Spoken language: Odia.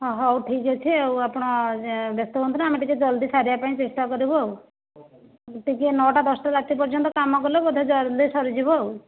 ହଁ ହେଉ ଠିକ୍ ଅଛି ଆପଣ ବ୍ୟସ୍ତ ହୁଅନ୍ତୁନି ଆମେ ଟିକିଏ ଜଲ୍ଦି ସାରିବାପାଇଁ ଚେଷ୍ଟା କରିବୁ ଆଉ ଟିକିଏ ନଅଟା ଦଶଟା ରାତି ପର୍ଯ୍ୟନ୍ତ କାମ କଲେ ବୋଧେ ଜଲ୍ଦି ସରିଯିବ ଆଉ